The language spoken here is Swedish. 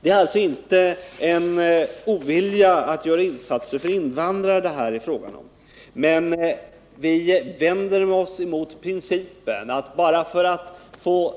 Det är alltså inte en ovilja att göra insatser för invandrare som ligger bakom vårt ställningstagande, utan vi vänder oss emot principen att man bara för att få